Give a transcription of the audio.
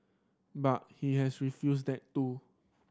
but he has refused that too